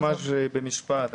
ממש במשפט.